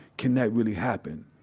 can that really happen?